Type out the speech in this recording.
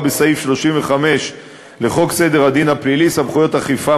בסעיף 35 לחוק סדר הדין הפלילי (סמכויות אכיפה,